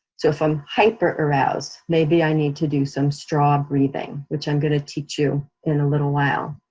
so if i'm hyperaroused, maybe i need to do some straw breathing, which i'm gonna teach you in a little while